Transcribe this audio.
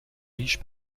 riche